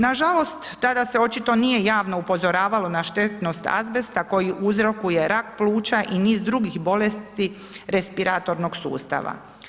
Nažalost, tada se očito nije javno upozoravalo na štetnost azbesta koji uzrokuje rak pluća i niz drugih bolesti respiratornog sustava.